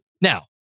Now